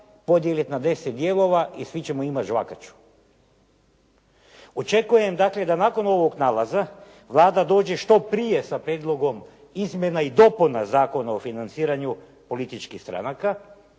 na 10 dijelova i svi ćemo imati žvakaču. Očekujem dakle da nakon ovog nalaza Vlada dođe što prije sa prijedlogom izmjena i dopuna Zakona o financiranju političkih stranaka